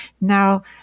Now